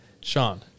Sean